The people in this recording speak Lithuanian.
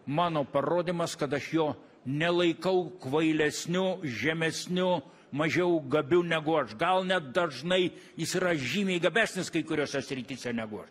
mano parodymas kad aš jo nelaikau kvailesniu žemesniu mažiau gabiu negu aš gal net dažnai jis yra žymiai gabesnis kai kuriose srityse negu aš